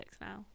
now